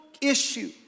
issue